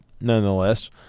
nonetheless